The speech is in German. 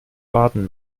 baden